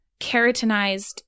keratinized